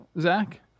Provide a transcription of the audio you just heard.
Zach